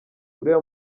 uriya